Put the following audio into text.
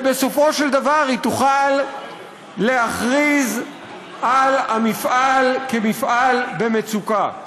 ובסופו של דבר היא תוכל להכריז על המפעל כמפעל במצוקה.